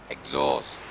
Exhaust